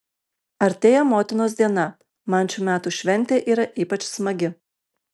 artėja motinos diena man šių metų šventė yra ypač smagi